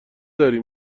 داری